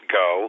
go